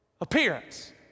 appearance